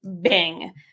Bing